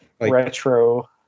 Retro